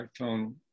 smartphone